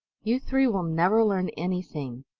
you three will never learn anything.